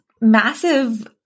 massive